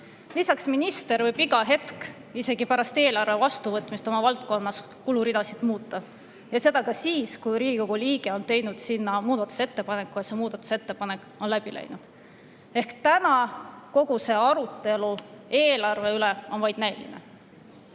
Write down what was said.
Lisaks võib minister iga hetk, isegi pärast eelarve vastuvõtmist, oma valdkonnas kuluridasid muuta, seda ka siis, kui Riigikogu liige on teinud selle kohta muudatusettepaneku ja see muudatusettepanek on läbi läinud. Ehk kogu see arutelu eelarve üle on vaid